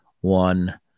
one